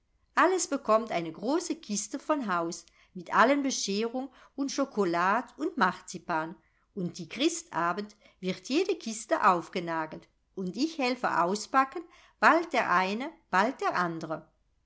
alles bekommt eine große kiste von haus mit allen bescherung und schokolad und marzipan und die christabend wird jede kiste aufgenagelt und ich helfe auspacken bald der eine bald der andre